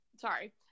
Sorry